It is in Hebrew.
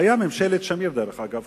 היתה ממשלת שמיר, דרך אגב.